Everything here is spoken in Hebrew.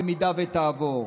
במידה שתעבור: